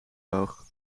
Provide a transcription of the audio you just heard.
boog